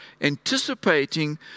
anticipating